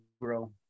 grow